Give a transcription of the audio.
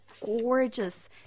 gorgeous